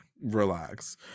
relax